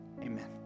amen